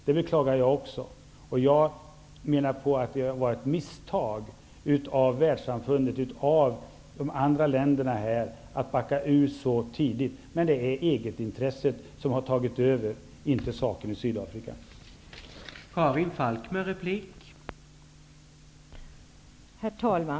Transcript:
Det beklagar också jag. Jag menar att det har varit ett misstag från världssamfundets och olika länders sida att backa tillbaka så tidigt. Det är egenintresset som har tagit över, inte Sydafrikas sak.